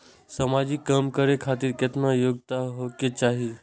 समाजिक काम करें खातिर केतना योग्यता होके चाही?